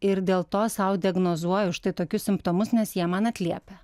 ir dėl to sau diagnozuoju štai tokius simptomus nes jie man atliepia